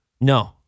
No